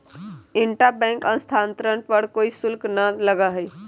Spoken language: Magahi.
इंट्रा बैंक स्थानांतरण पर कोई शुल्क ना लगा हई